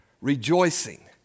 rejoicing